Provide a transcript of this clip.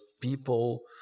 people